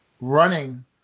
running